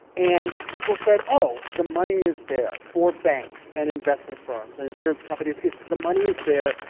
and people said, oh, the money is there for banks and investment firms and insurance companies. it's the money is there.